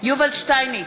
יובל שטייניץ,